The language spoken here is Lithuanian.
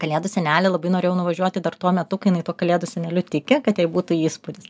kalėdų senelį labai norėjau nuvažiuoti dar tuo metu kai jinai tuo kalėdų seneliu tiki kad jai būtų įspūdis